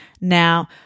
Now